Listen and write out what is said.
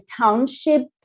township